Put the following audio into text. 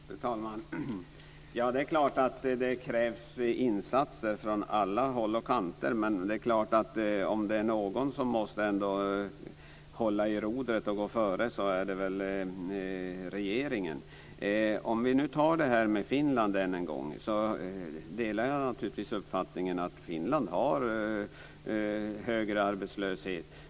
Fru talman! Det är klart att det krävs insatser från alla håll och kanter. Men om det är någon som måste hålla i rodret och gå före är det väl regeringen. Jag delar uppfattningen att Finland har högre arbetslöshet.